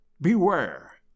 beware